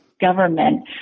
government